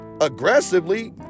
aggressively